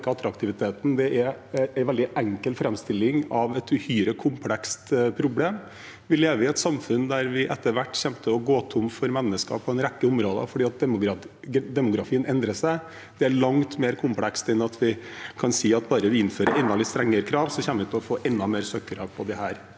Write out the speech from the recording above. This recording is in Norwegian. er en veldig enkel framstilling av et uhyre komplekst problem. Vi lever i et samfunn der vi etter hvert kommer til å gå tom for mennesker på en rekke områder fordi demografien endrer seg. Det er langt mer komplekst enn at vi kan si at bare vi innfører enda litt strengere krav, kommer vi til å få enda flere søkere på disse